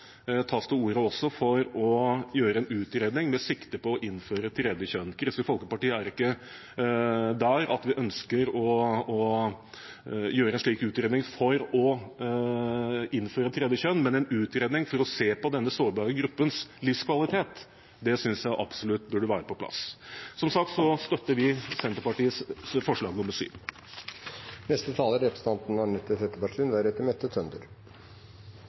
også til orde for å gjøre en utredning med sikte på å innføre et tredje kjønn. Kristelig Folkeparti er ikke der at vi ønsker å gjøre en slik utredning for å innføre et tredje kjønn, men en utredning for å se på denne sårbare gruppens livskvalitet synes jeg absolutt burde være på plass. Som sagt støtter vi Senterpartiets forslag